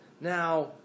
Now